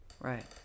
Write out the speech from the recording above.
Right